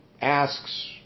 asks